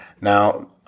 Now